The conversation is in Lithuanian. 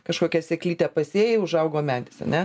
kažkokia sėklytė pasėjai užaugo medis ane